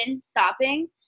stopping